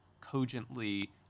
cogently